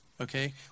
Okay